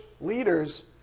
leaders